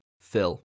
Phil